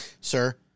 Sir